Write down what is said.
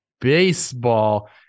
Baseball